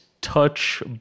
touch